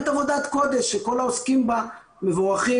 עבודת קודש שכל העוסקים בה מבורכים.